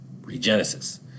Regenesis